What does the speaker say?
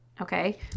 Okay